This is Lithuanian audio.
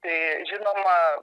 tai žinoma